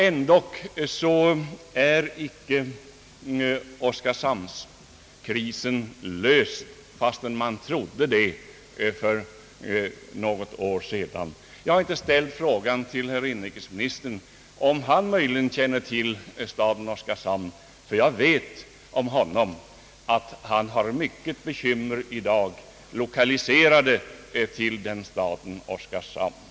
Ändock är icke oskarshamnskrisen löst, fastän man trodde det för något år sedan. Jag har inte ställt frågan till herr inrikesministern om han möjligen känner till staden Oskarshamn, ty jag vet om honom att han har stora bekymmer i dag, lokaliserade till den staden Oskarshamn.